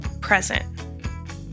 present